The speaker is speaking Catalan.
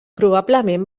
probablement